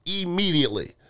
immediately